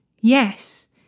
Yes